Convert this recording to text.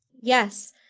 yes,